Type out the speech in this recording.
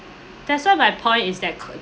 that's why my point is that cou~